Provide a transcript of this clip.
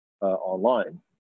online